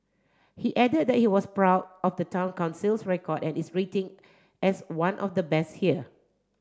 he added that he was proud of the Town Council's record and its rating as one of the best here